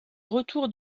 retour